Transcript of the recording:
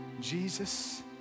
Jesus